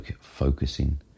focusing